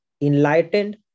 enlightened